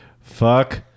fuck